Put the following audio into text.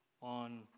on